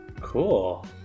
cool